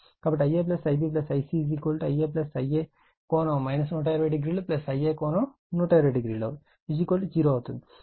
కాబట్టి Ia Ib Ic Ia Ia ∠ 1200 Ia ∠1200 0 అవుతుంది